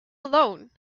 alone